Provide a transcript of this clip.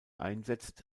einsetzt